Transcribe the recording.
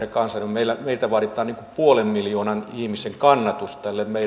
ääntä per kansalainen vaaditaan puolen miljoonan ihmisen kannatus